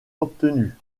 obtenu